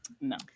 No